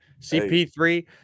CP3